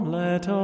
let